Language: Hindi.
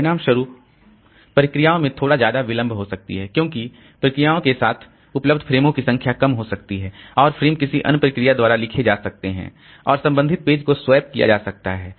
परिणामस्वरूप प्रोसेसओं में थोड़ा ज्यादा विलंब हो सकती है क्योंकि प्रोसेसओं के साथ उपलब्ध फ़्रेमों की संख्या कम हो सकती है और फ़्रेम किसी अन्य प्रोसेस द्वारा लिखे जा सकते हैं और संबंधित पेज को स्वैप किया जा सकता है